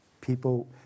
People